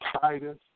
Titus